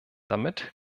damit